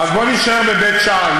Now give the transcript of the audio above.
אז בואי נישאר בבית שאן.